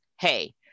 Hey